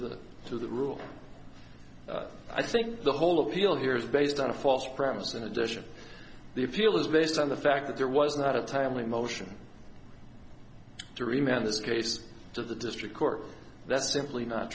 that to the rule i think the whole appeal here is based on a false premise in addition the appeal is based on the fact that there was not a timely motion to remain in this case to the district court that's simply not